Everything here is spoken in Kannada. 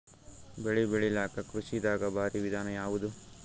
ಬೆಳೆ ಬೆಳಿಲಾಕ ಕೃಷಿ ದಾಗ ಭಾರಿ ವಿಧಾನ ಯಾವುದು?